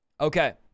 Okay